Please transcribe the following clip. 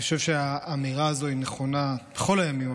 אני חושב שהאמירה הזו נכונה בכל הימים,